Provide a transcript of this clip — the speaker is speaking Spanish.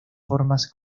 formas